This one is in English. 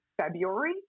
February